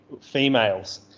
females